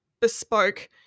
bespoke